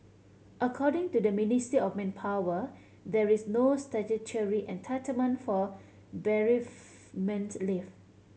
according to the Ministry of Manpower there is no statutory entitlement for bereavement leave